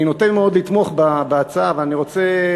אני נוטה מאוד לתמוך בהצעה, אבל אני רוצה